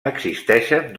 existeixen